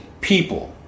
people